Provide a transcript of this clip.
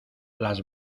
las